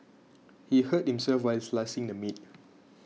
he hurt himself while slicing the meat